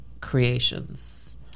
creations